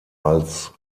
als